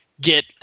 get